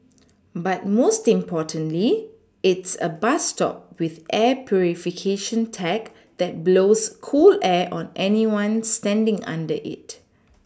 but most importantly it's a bus stop with air purification tech that blows cool air on anyone standing under it